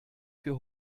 für